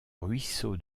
ruisseau